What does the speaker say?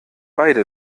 beide